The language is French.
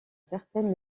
certaines